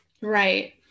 right